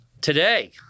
Today